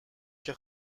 کسی